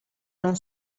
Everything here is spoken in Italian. non